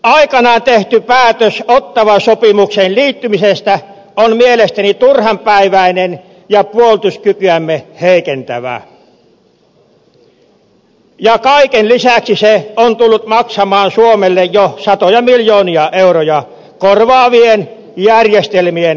aikanaan tehty päätös ottawan sopimukseen liittymisestä on mielestäni turhanpäiväinen ja puolustuskykyämme heikentävä ja kaiken lisäksi se on tullut maksamaan suomelle jo satoja miljoonia euroja korvaavien järjestelmien hankinnassa